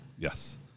Yes